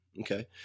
Okay